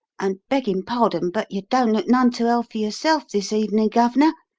and, beggin' pardon, but you don't look none too healthy yourself this evening, gov'nor.